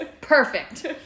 Perfect